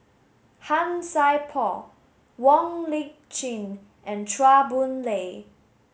Han Sai Por Wong Lip Chin and Chua Boon Lay